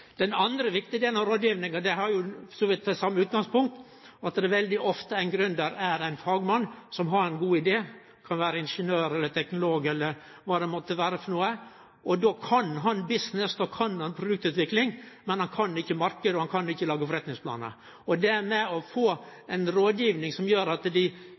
Den andre viktige delen av rådgivinga har for så vidt det same utgangspunktet. Veldig ofte er gründeren ein fagmann som har ein god idé – han kan vere ingeniør, teknolog eller kva det måtte vere. Han kan business, han kan produktutvikling, men han kan ikkje dette med marknaden og det å lage forretningsplanar. Det å få ei rådgiving som gjer at dei